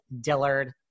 Dillard